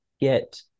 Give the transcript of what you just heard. get